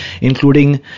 including